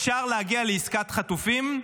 אפשר להגיע לעסקת חטופים,